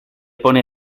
pone